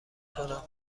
کنم